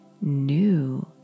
new